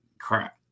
crap